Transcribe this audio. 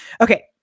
okay